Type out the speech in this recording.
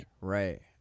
Right